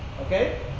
Okay